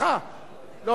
הרווחה כחלון.